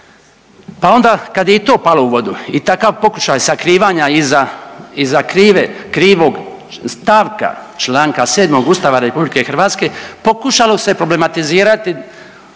Pa onda kad je i to palo u vodu i takav pokušaj sakrivanja iza krivog stavka čl. 7 Ustava RH, pokušalo se problematizirati